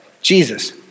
Jesus